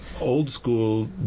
old-school